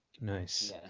Nice